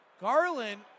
Garland